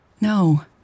No